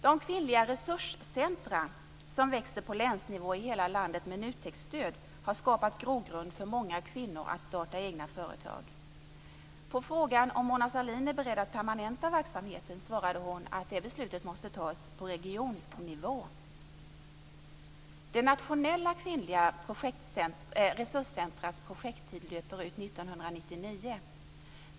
De kvinnliga resurscentrum som växer på länsnivå i hela landet med NUTEK-stöd har skapat grogrund för många kvinnor att starta egna företag. På frågan om Mona Sahlin är beredd att permanenta verksamheten svarade hon att det beslutet måste fattas på regionnivå. Det nationella kvinnliga resurscentrumets projekttid löper ut 1999.